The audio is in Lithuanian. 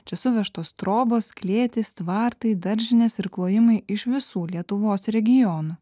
čia suvežtos trobos klėtys tvartai daržinės ir klojimai iš visų lietuvos regionų